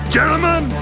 Gentlemen